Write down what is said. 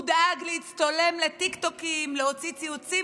הוא דאג להצטלם לטיקטוק ולהוציא ציוצים